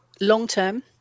long-term